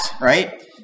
right